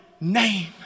name